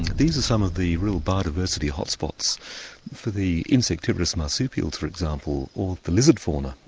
these are some of the real biodiversity hotspots for the insectivorous marsupials for example or the lizard fauna,